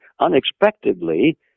unexpectedly